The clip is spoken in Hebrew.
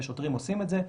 ושוטרים עושים את זה,